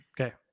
Okay